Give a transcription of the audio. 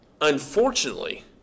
Unfortunately